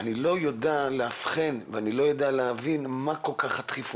אני לא יודע לאבחן ואני לא יודע להבין מה הדחיפות.